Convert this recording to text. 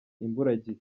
imburagihe